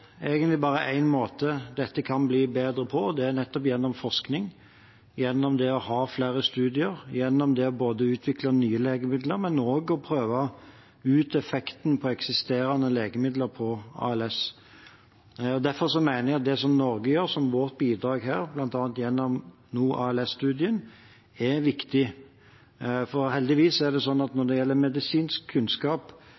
nettopp gjennom forskning, gjennom å ha flere studier, gjennom både å utvikle nye legemidler og å prøve ut effekten av eksisterende legemidler på ALS. Derfor mener jeg at det Norge gjør som vårt bidrag her, bl.a. nå gjennom ALS-studien, er viktig. For heldigvis er det slik at